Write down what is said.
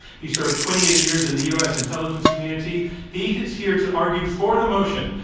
he served twenty eight years in the u. s. intelligence community. he is here to argue for the motion,